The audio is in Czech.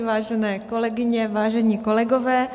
Vážené kolegyně, vážení kolegové.